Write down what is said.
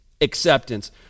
acceptance